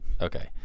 Okay